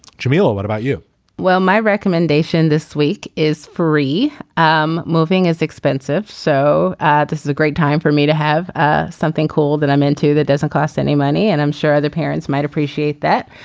jamila what about you well my recommendation this week is very um moving is expensive. so this is a great time for me to have ah something cool that i'm into that doesn't cost any money and i'm sure other parents might appreciate that.